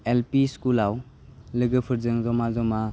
गामिनि एलपि स्कुलाव लोगोफोरजों ज'मा ज'मा